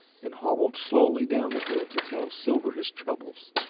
and hobbled slowly down the hill to tell silver his troubles.